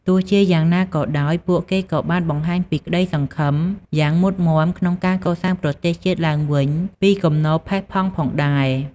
ទោះជាយ៉ាងណាក៏ដោយ ពួកគេក៏បានបង្ហាញពី ក្តីសង្ឃឹម យ៉ាងមុតមាំក្នុងការកសាងប្រទេសជាតិឡើងវិញពីគំនរផេះផង់ផងដែរ។